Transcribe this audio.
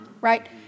right